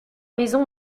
maison